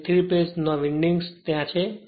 તેથી 3 ફેજ ના વિન્ડિંગ્સ ત્યાં છે